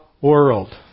world